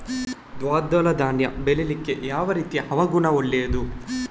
ದ್ವಿದಳ ಧಾನ್ಯ ಬೆಳೀಲಿಕ್ಕೆ ಯಾವ ರೀತಿಯ ಹವಾಗುಣ ಒಳ್ಳೆದು?